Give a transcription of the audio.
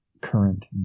current